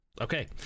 Okay